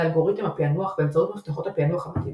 אלגוריתם הפענוח באמצעות מפתחות הפענוח המתאימים.